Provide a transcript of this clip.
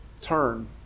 turn